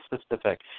specific